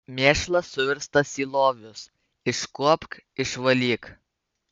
mėšlas suverstas į lovius iškuopk išvalyk